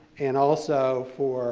and also for